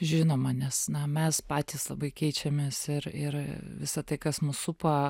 žinoma nes na mes patys labai keičiamės ir ir visa tai kas mus supa